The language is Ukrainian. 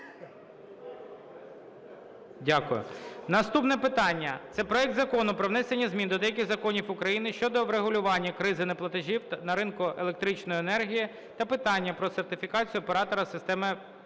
Дякую. Наступне питання – це проект Закону про внесення змін до деяких законів України (щодо врегулювання кризи неплатежів на ринку електричної енергії та питання сертифікації оператора системи